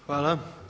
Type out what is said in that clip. Hvala.